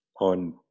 on